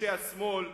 אנשי השמאל,